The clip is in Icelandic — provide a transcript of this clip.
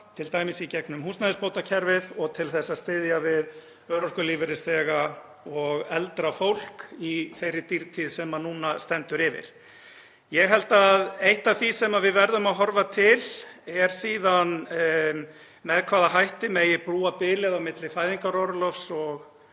t.d. í gegnum húsnæðisbótakerfið og að styðja við örorkulífeyrisþega og eldra fólk í þeirri dýrtíð sem núna stendur yfir. Ég held að eitt af því sem við verðum að horfa til er síðan með hvaða hætti megi brúa bilið á milli fæðingarorlofs og